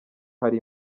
hari